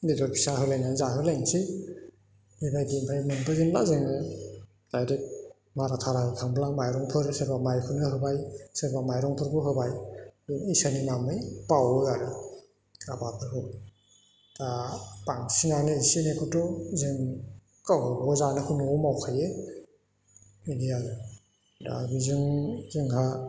बेदर फिसा होलायनानै जाहोलायनोसै बेबायदि ओमफ्राय मोनबोजेनब्ला जोंङो आरो मारा थारा होखांब्ला माइरंफोर सोरबा माइखौनो होबाय सोरबा माइरंफोरखौ होबाय बे इसोरनि नामै बावो आरो आबादफोरखौ दा बांसिनानो एसे एनैखौथ' जों गावबागाव जानोखौ न'आव मावखायो बिदि आरो दा बेजों जोंहा